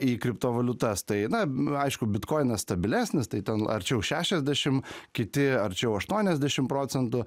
į kriptovaliutas tai na aišku bitkoinas stabilesnis tai ten arčiau šešiadešim kiti arčiau aštuoniasdešim procentų